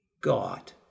God